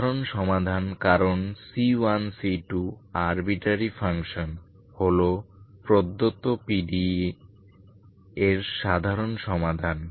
সাধারণ সমাধান কারণ C1 C2 আরবিট্রারি ফাংশন হল প্রদত্ত PDE এর সাধারণ সমাধান